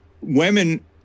Women